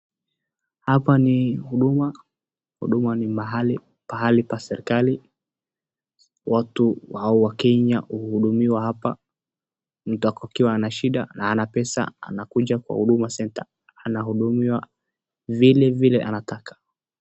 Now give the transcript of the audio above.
Hapa ni huduma, huduma ni mahali, pahali pa serikali watu wa Kenya wanahudumiwa hapa mtu akiwa na shinda na hana pesa anakuja Kwa huduma centre anahudumiwa vile vile anataka.